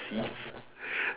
Cs